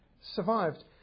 survived